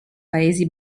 paesi